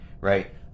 right